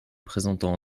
présentant